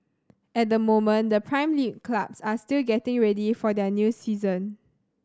at the moment the Prime League clubs are still getting ready for their new season